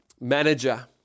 manager